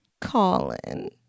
Colin